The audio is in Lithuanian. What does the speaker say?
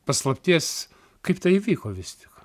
paslapties kaip tai įvyko vis tik